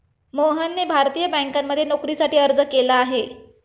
मोहनने भारतीय बँकांमध्ये नोकरीसाठी अर्ज केला आहे